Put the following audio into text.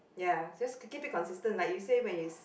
ya just keep it consistent like you say when is